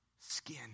skin